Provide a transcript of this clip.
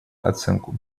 оценку